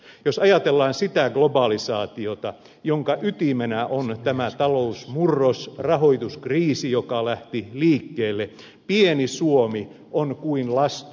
jos ajatellaan sitä globalisaatiota jonka ytimenä on tämä talousmurros rahoituskriisi joka lähti liikkeelle pieni suomi on kuin lastu laineilla